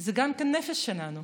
זה גם כן הנפש שלנו.